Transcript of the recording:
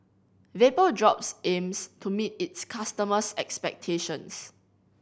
vapodrops aims to meet its customers' expectations